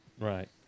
right